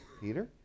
Peter